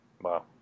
Wow